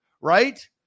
right